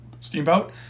Steamboat